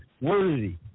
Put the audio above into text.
worthy